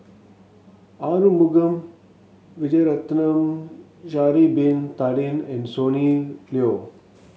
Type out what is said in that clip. Arumugam Vijiaratnam Sha'ari Bin Tadin and Sonny Liew